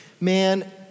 Man